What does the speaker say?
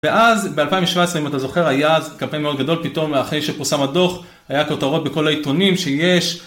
ואז ב2017 אם אתה זוכר היה קפל מאוד גדול פתאום אחרי שפרושם הדוח היה כותרות בכל העיתונים שיש.